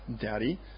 daddy